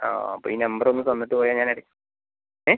ആ അപ്പോൾ ഈ നമ്പർ ഒന്ന് തന്നിട്ട് പോയാൽ ഞാനേ ഏ